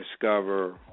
discover –